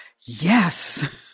yes